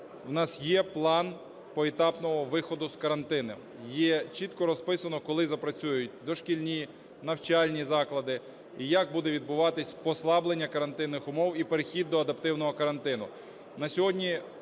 В нас є план поетапного виходу з карантину, є чітко розписано, коли запрацюють дошкільні, навчальні заклади і як буде відбуватись послаблення карантинних умов і перехід до адаптивного карантину.